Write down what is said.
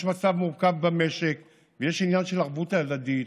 יש מצב מורכב במשק ויש עניין של ערבות הדדית